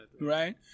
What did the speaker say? Right